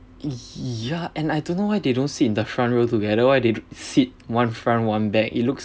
ya and I don't know why they don't sit in the front row together why they sit one front one back it looks